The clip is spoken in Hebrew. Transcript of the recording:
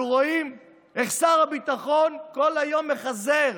אנחנו רואים איך שר הביטחון כל היום מחזר